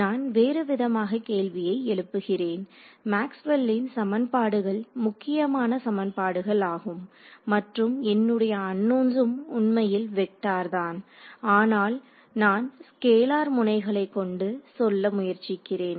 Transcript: நான் வேறுவிதமாக கேள்வியை எழுப்புகிறேன் மேக்ஸ்வெல்லின் சமன்பாடுகள் முக்கியமான சமன்பாடுகள் ஆகும் மற்றும் என்னுடைய அன்னோன்சும் உண்மையில் வெக்டார் தான் ஆனால் நான் ஸ்கேலார் முனைகளை கொண்டு சொல்ல முயற்சிக்கிறேன்